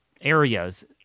areas